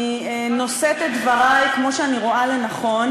אני נושאת את דברי כמו שאני רואה לנכון.